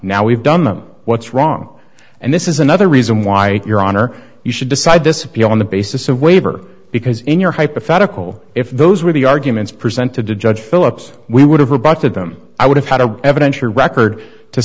now we've done them what's wrong and this is another reason why your honor you should decide this appeal on the basis of waiver because in your hypothetical if those were the arguments presented to judge philips we would have rebutted them i would have had a evidential record to